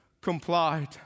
complied